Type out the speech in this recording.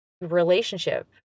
relationship